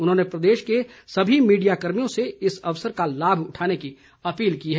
उन्होंने प्रदेश के सभी मीडिया कर्मियों से इस अवसर का लाभ उठाने की अपील की है